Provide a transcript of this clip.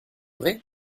vrai